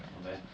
not bad